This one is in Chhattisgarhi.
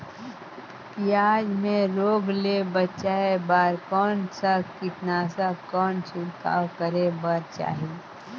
पियाज मे रोग ले बचाय बार कौन सा कीटनाशक कौन छिड़काव करे बर चाही?